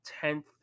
tenth